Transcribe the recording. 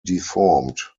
deformed